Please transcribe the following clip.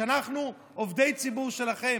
שאנחנו עובדי ציבור שלכם,